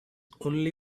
only